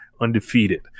undefeated